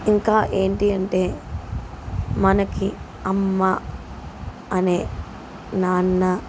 ఇంకా ఏంటి అంటే మనకి అమ్మ అనే నాన్న